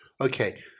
Okay